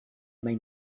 may